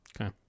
Okay